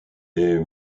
est